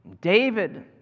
David